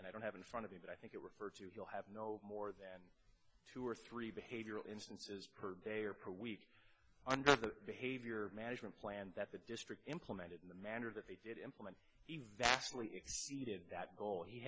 and i don't have in front of me but i think it referred to he'll have no more than two or three behavioral instances per day or per week under the behavior management plan that the district implemented in the manner that they did eventually exceeded that goal he